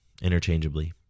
Interchangeably